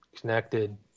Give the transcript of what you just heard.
connected